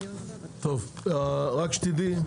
רק שתדעי,